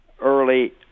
early